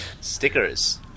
stickers